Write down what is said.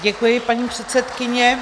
Děkuji, paní předsedkyně.